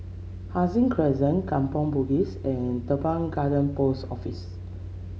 Hai Sing Crescent Kampong Bugis and Teban Garden Post Office